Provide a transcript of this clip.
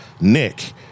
Nick